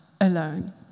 alone